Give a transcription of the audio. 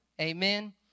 Amen